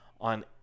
on